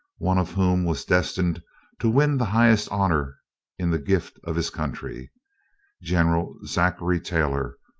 one of whom was destined to win the highest honors in the gift of his country general zachary taylor,